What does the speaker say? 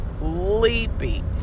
Sleepy